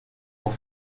pour